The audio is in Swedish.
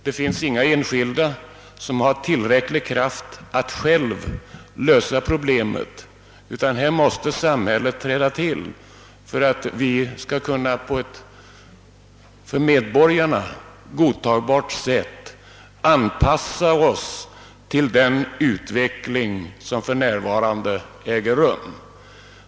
Det finns inga enskilda som har tillräcklig kraft att själva lösa problemet, utan här måste samhället träda till för att vi på ett för medborgarna godtagbart sätt skall kunna anpassa oss till den utveckling som för närvarande äger rum.